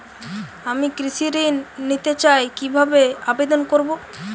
আমি কৃষি ঋণ নিতে চাই কি ভাবে আবেদন করব?